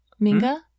Minga